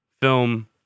film